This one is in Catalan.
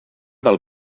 del